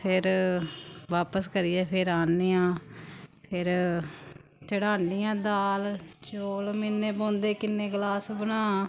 फिर बापस करियै फिर आह्नने आं फिर चढ़ान्ने आं दाल चौल मिनने पौंदे किन्ने गलास बनां